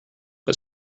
but